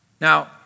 Now